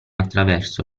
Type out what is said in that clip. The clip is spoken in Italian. attraverso